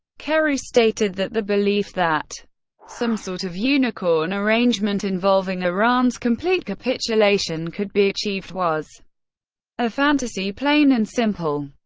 kerry stated that the belief that some sort of unicorn arrangement involving iran's complete capitulation could be achieved was a fantasy, plain and simple.